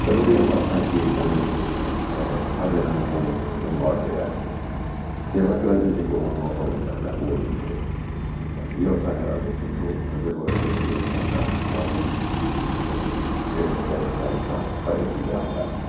सॼो ॾींहुं असां सां कीर्तन ऐं भॼन में इंवॉल्वड हुयासीं सेवा करण जो जेको मौक़ो मिलियो आहे असां उहो बि कयोसीं इहो असांजा ॾाढो सुठो तज़ुर्बो रहियो जंहिंमें असां टिक्नॉजी ऐं व्यवसायिक लाइफ खां परे थी विया हुयासीं